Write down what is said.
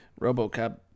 RoboCop